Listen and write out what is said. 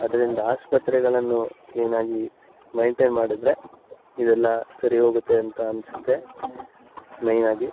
ಅದರಿಂದ ಆಸ್ಪತ್ರೆಗಳನ್ನು ಕ್ಲೀನಾಗಿ ಮೇಯ್ನ್ಟೇನ್ ಮಾಡಿದರೆ ಇದೆಲ್ಲ ಸರಿ ಹೋಗುತ್ತೆ ಅಂತ ಅನ್ನಿಸುತ್ತೆ ಮೈನಾಗಿ